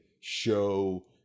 show